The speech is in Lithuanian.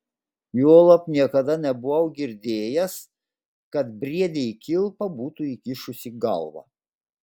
juolab niekada nebuvau girdėjęs kad briedė į kilpą būtų įkišusi galvą